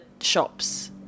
shops